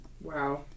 Wow